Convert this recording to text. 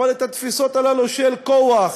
אבל התפיסות הללו של כוח,